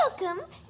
welcome